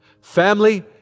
Family